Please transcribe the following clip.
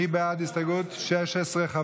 מי בעד הסתייגות 16כ"ד?